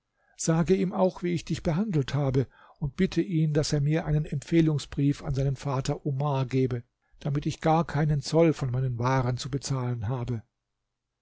sage ihm auch wie ich dich behandelt habe und bitte ihn daß er mir einen empfehlungsbrief an seinen vater omar gebe damit ich gar keinen zoll von meinen waren zu bezahlen habe